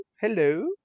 hello